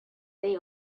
they